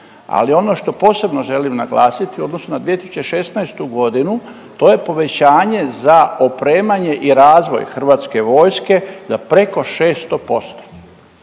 Ali ono što posebno želim naglasiti u odnosu na 2016.g. to je povećanje za opremanje i razvoj HV-a za preko 600%